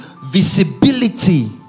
Visibility